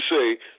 say